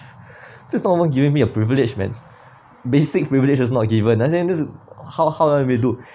just not even giving me a privilege man basic privilege was not given and this how how can we do